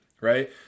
right